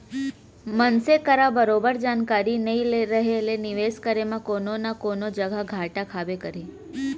मनसे करा बरोबर जानकारी नइ रहें ले निवेस करे म कोनो न कोनो जघा घाटा खाबे करही